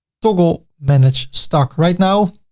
toggle manage stock. right now,